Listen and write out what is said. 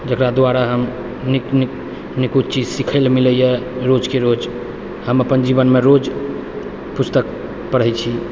जकरा द्वारा हम नीक नीक निकुत चीज सिखिकऽ मिले यऽ रोजके रोज हम अपन जीवनमे रोज पुस्तक पढ़ै छी